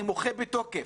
אני מוחה בתוקף.